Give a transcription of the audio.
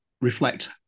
reflect